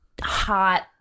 hot